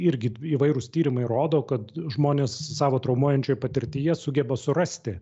irgi įvairūs tyrimai rodo kad žmonės savo traumuojančioj patirtyje sugeba surasti